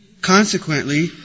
Consequently